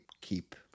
keep